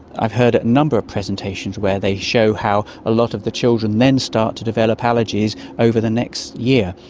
i've heard a number of presentations where they show how a lot of the children then start to develop allergies over the next year.